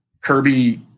Kirby